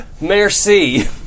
Merci